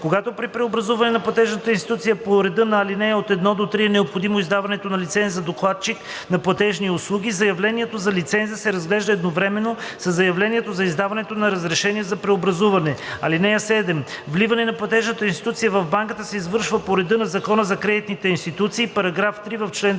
Когато при преобразуване на платежна институция по реда на ал. 1 – 3 е необходимо издаването на лиценз за доставчик на платежни услуги, заявлението за лиценза се разглежда едновременно със заявлението за издаването на разрешение за преобразуване. (7) Вливане на платежна институция в банка се извършва по реда на Закона за кредитните институции.“ § 3. В чл. 21, ал.